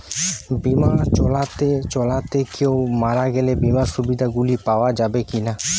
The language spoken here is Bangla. বিমা চালাতে চালাতে কেও মারা গেলে বিমার সুবিধা গুলি পাওয়া যাবে কি না?